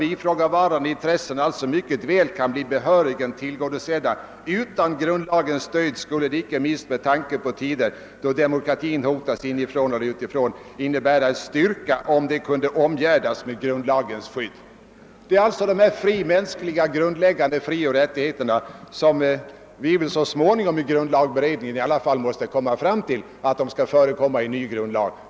ifrågavarande intressen alltså mycket väl kan bli behörigen tillgodosedda utan grundlagens stöd, skulle det, icke minst med tanke på tider då demokratin hotas inifrån eller utifrån, innebära en styrka, om de kunde omgärdas med grundlagens skydd.» Att dessa grundläggande mänskliga frioch rättigheter skall skrivas in i en ny grundlag måste vi väl i grundlagberedningen så småningom komma fram till.